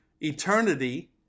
eternity